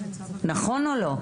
נכון או לא?